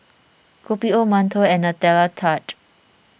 Kopi OMantou and Nutella Tart